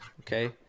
okay